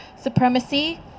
supremacy